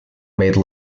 made